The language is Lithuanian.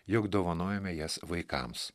jog dovanojome jas vaikams